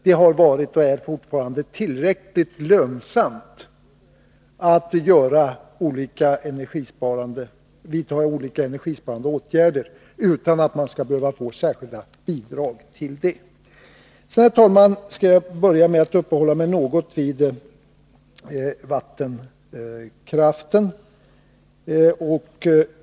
Det har varit och är fortfarande tillräckligt lönsamt att vidta olika energisparande åtgärder, utån att man skall behöva få särskilda bidrag till det. Herr talman! Jag skall till en början uppehålla mig vid vattenkraften.